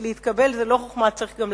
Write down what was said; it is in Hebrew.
כי להתקבל זו לא חוכמה, צריך גם להצליח.